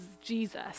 Jesus